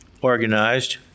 organized